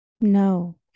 No